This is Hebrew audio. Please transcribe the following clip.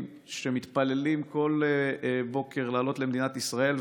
שמתפללים כל בוקר לעלות למדינת ישראל,